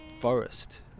forest